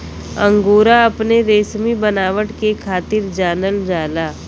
angora अपने रेसमी बनावट के खातिर जानल जाला